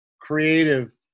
creative